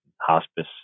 hospice